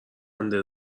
خنده